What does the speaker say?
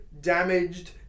damaged